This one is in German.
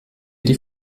die